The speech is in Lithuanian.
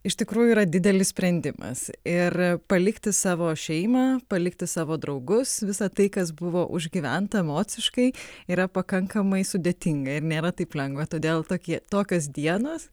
iš tikrųjų yra didelis sprendimas ir palikti savo šeimą palikti savo draugus visa tai kas buvo užgyventa emociškai yra pakankamai sudėtinga ir nėra taip lengva todėl tokie tokios dienos